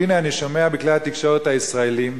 והנה אני שומע בכלי התקשורת הישראליים,